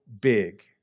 big